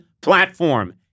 platform